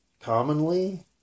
commonly